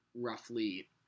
roughly